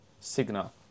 signal